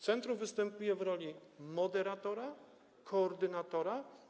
Centrum występuje w roli moderatora, koordynatora.